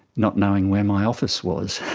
not knowing where my office was.